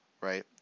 right